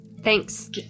Thanks